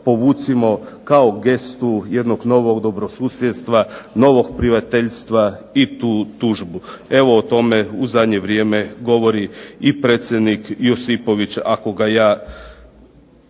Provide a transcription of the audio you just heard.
povucimo kao gestu jednog novog dobrosusjedstva, novog prijateljstva i tu tužbu. Evo, o tome u zadnje vrijeme govori i predsjednik Josipović ako ga ja,